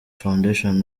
foundation